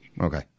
Okay